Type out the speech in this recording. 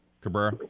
Cabrera